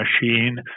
machine